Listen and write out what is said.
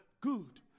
Good